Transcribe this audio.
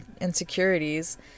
insecurities